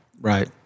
Right